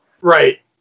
Right